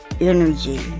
energy